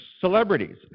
celebrities